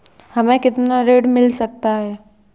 हमें कितना ऋण मिल सकता है?